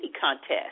Contest